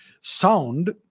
Sound